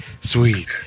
sweet